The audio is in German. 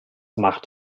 macht